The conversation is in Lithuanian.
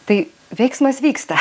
tai veiksmas vyksta